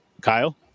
Kyle